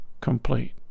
complete